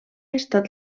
estat